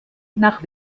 nach